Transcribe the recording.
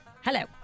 Hello